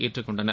ஏற்றுக்கொண்டனர்